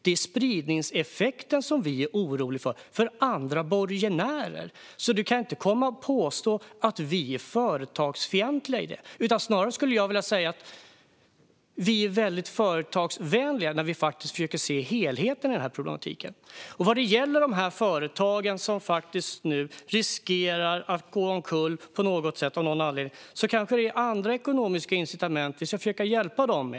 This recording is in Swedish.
Det är spridningseffekten för andra borgenärer som vi är oroliga för. Du kan inte komma och påstå att vi är företagsfientliga, Carl-Oskar Bohlin. Snarare skulle jag vilja säga att vi är väldigt företagsvänliga när vi försöker se helheten i problematiken. Vad gäller de företag som nu riskerar att gå omkull på något sätt av någon anledning kanske det är andra ekonomiska incitament vi ska försöka hjälpa dem med.